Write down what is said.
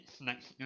next